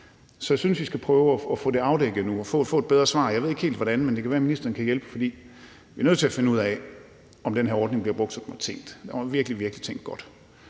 Så jeg synes, at vi skal prøve at få det afdækket nu og få et bedre svar. Jeg ved ikke helt hvordan, men det kan være, at ministeren kan hjælpe, for vi er nødt til at finde ud af, om den her ordning bliver brugt, som den var tænkt. Det var virkelig, virkelig tænkt godt.